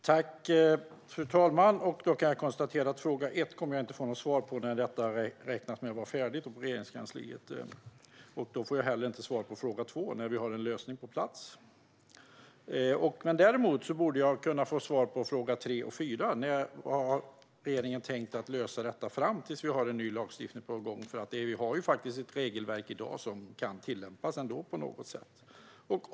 Fru talman! Då kan jag konstatera att jag inte kommer att få något svar på fråga ett: när detta beräknas vara färdigt på Regeringskansliet. Därmed får jag heller inte något svar på fråga två: när vi kommer att ha en lösning på plats. Däremot borde jag kunna få svar på frågorna tre och fyra. Fråga tre var: Hur har regeringen tänkt lösa detta fram till att vi har en ny lagstiftning på gång? Vi har ju faktiskt ett regelverk i dag som kan tillämpas på något sätt.